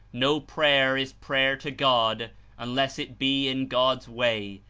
no prayer is prayer to god unless it be in god's way,